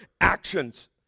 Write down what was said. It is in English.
Actions